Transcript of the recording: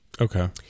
Okay